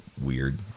weird